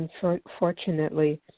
unfortunately